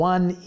One